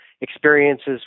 experiences